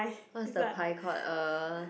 what is the 牌 called uh